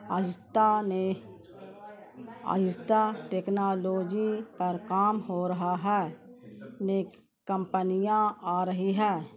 آہستہ نے آہستہ ٹیکنالوجی پر کام ہو رہا ہے نے کمپنیاں آ رہی ہے